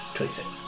Twenty-six